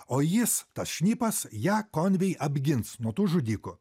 o jis tas šnipas ją konvei apgins nuo tų žudikų